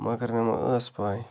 مگر مےٚ مَہ ٲس پَے